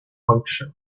function